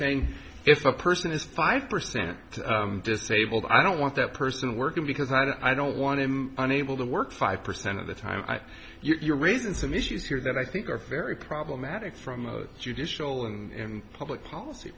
saying if a person is five percent disabled i don't want that person working because i don't want him unable to work five percent of the time you are raising some issues here that i think are very problematic from a judicial and public policy